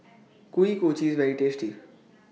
Kuih Kochi IS very tasty